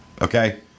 Okay